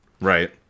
Right